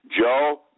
Joe